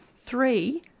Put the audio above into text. Three